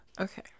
okay